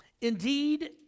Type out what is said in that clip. Indeed